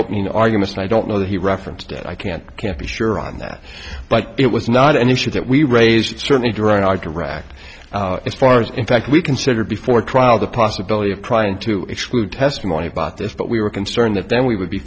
opening arguments and i don't know that he referenced it i can't can't be sure on that but it was not an issue that we raised certainly during our direct as far as in fact we considered before trial the possibility of trying to exclude testimony about this but we were concerned that then we would be